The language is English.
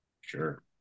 Sure